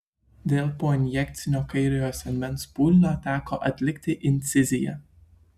dėl poinjekcinio kairiojo sėdmens pūlinio teko atlikti inciziją